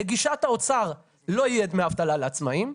לגישת האוצר לא יהיה דמי אבטלה לעצמאים.